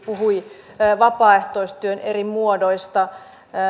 puhui vapaaehtoistyön eri muodoista